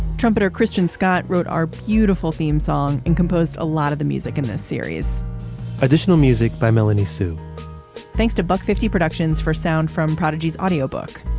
trumpeter christian scott wrote our beautiful theme song and composed a lot of the music in this series additional music by melanie hsu thanks to buck fifty productions for sound from prodigy's audio book.